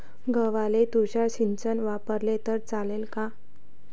गव्हाले तुषार सिंचन वापरले तर चालते का?